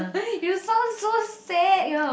you sound so sad